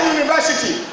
University